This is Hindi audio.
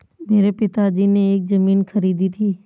मेरे पिताजी ने एक जमीन खरीदी थी